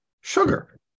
sugar